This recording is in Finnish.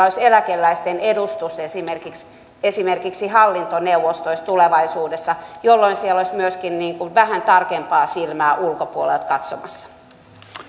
olisi eläkeläisten edustus esimerkiksi esimerkiksi hallintoneuvostoissa tulevaisuudessa jolloin siellä olisi myöskin niin kuin vähän tarkempaa silmää ulkopuolelta katsomassa